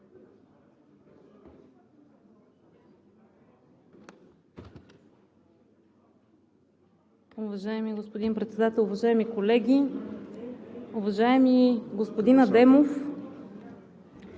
Уважаеми господин Председател, уважаеми колеги! Уважаеми господин Петров,